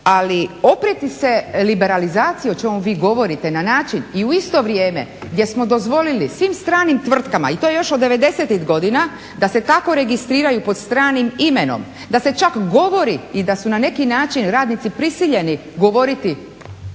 Ali oprijeti se liberalizaciji o čemu vi govorite na način i u isto vrijeme gdje smo dozvolili svim stranim tvrtkama i to još od '90.-tih godina da se tako registriraju pod stranim imenom, da se čak govori i da su na neki način radnici prisiljeni govoriti